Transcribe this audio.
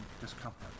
discomfort